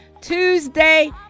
Tuesday